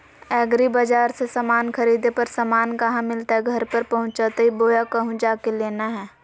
एग्रीबाजार से समान खरीदे पर समान कहा मिलतैय घर पर पहुँचतई बोया कहु जा के लेना है?